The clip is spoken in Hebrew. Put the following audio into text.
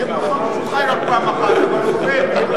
נכון שהוא חי רק פעם אחת, אבל הוא עובד